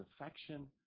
affection